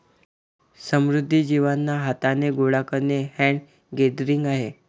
समुद्री जीवांना हाथाने गोडा करणे हैंड गैदरिंग आहे